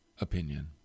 opinion